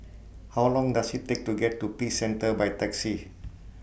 How Long Does IT Take to get to Peace Centre By Taxi